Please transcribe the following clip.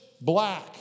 black